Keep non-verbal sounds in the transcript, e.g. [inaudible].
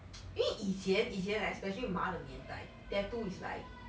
[noise] 因为以前以前 especially 妈的年代 tattoo is like [noise]